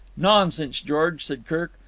nonsense, george, said kirk.